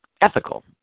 ethical